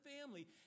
family